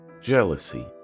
jealousy